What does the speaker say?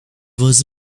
was